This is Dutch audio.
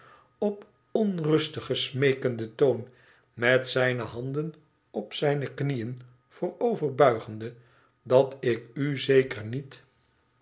op onrustigen smeekenden toon met zijne handen op zijne knieën vooroverbuigende dat ik u zeker niet